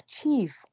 achieve